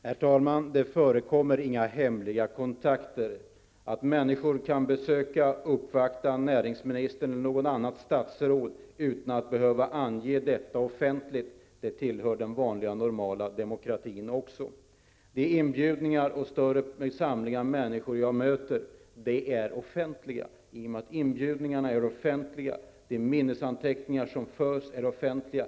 Herr talman! Det förekommer inga ''hemliga kontakter''. Att människor kan besöka och uppvakta näringsministern eller något annat statsråd utan att behöva ange detta offentligt tillhör också den vanliga, normala demokratin. De inbjudningar och större samlingar av människor som blir aktuella är offentliga. Inbjudningarna är offentliga, och de minnesanteckningar som förs är offentliga.